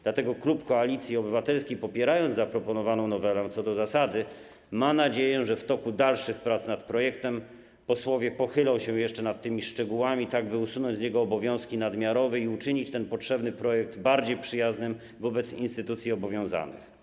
Dlatego klub Koalicji Obywatelskiej, popierając zaproponowaną nowelę co do zasady, ma nadzieję, że w toku dalszych prac nad projektem posłowie pochylą się jeszcze nad tymi szczegółami tak, aby usunąć z projektu obowiązki nadmiarowe i uczynić ten potrzebny projekt bardziej przyjaznym wobec instytucji obowiązanych.